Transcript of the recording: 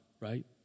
Right